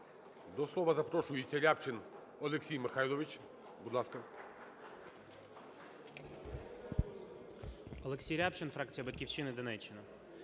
До слова запрошується Рябчин Олексій Михайлович.